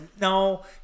no